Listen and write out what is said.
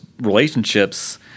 relationships